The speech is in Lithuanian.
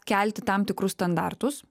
kelti tam tikrus standartus